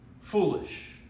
Foolish